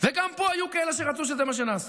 וגם פה היו כאלה שרצו שזה מה שנעשה.